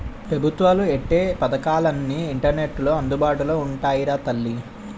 పెబుత్వాలు ఎట్టే పదకాలన్నీ ఇంటర్నెట్లో అందుబాటులో ఉంటాయిరా తల్లీ